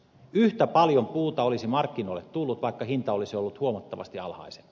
yhtä paljon puuta olisi markkinoille tullut vaikka hinta olisi ollut huomattavasti alhaisempi